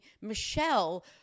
Michelle